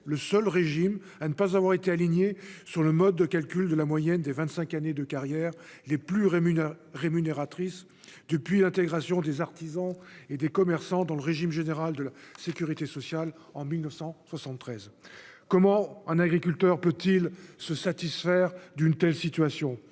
le seul régime à ne pas avoir été aligné sur le mode de calcul de la moyenne des vingt-cinq années de carrière les plus rémunératrices depuis l'intégration des artisans et des commerçants dans le régime général de la sécurité sociale en 1973. Comment un agriculteur peut-il se satisfaire d'une telle situation ?